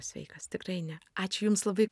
sveikas tikrai ne ačiū jums labai